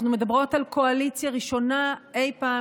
אנחנו מדברות על קואליציה ראשונה אי פעם